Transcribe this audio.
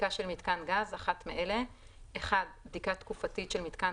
"בדיקה של מיתקן גז" אחת מאלה: (1)בדיקה תקופתית של מיתקן